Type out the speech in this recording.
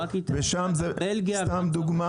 ושם זו סתם דוגמה.